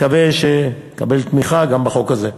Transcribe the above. מקווה שנקבל תמיכה גם בחוק הזה.